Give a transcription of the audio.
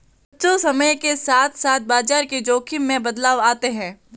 बच्चों समय के साथ साथ बाजार के जोख़िम में बदलाव आते हैं